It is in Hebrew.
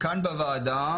כאן בוועדה,